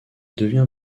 devient